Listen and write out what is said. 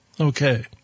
Okay